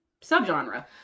subgenre